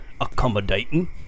accommodating